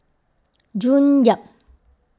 June Yap